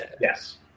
yes